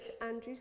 Andrew's